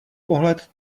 pohled